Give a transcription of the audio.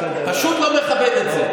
פשוט לא מכבד את זה.